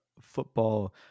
football